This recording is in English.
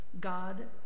God